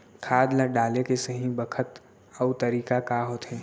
खाद ल डाले के सही बखत अऊ तरीका का होथे?